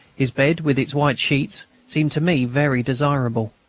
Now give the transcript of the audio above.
his bed, with its white sheets, seemed to me very desirable.